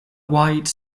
wide